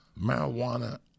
Marijuana